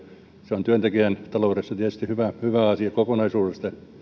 se on työntekijän taloudessa tietysti hyvä asia kokonaisuudessaan ja